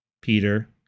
Peter